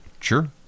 Sure